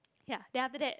ya then after that